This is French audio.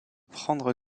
prendre